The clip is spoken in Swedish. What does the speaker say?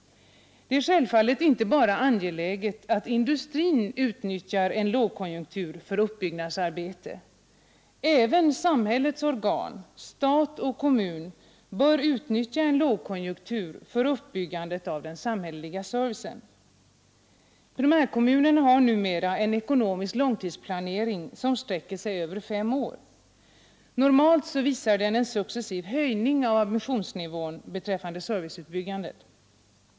Det är självfallet inte bara angeläget att industrin utnyttjar en lågkonjunktur för uppbyggnadsarbete. Även samhällets organ, stat och kommun, bör utnyttja en lågkonjunktur för uppbyggandet av den samhälleliga servicen. Primärkommunerna har numera en ekonomisk långtidsplanering som sträcker sig över fem år. Normalt visar den en successiv höjning av ambitionsnivån beträffande serviceutbyggnaden.